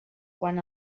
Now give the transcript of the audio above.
quan